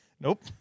Nope